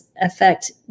affect